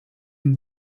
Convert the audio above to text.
une